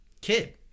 Kid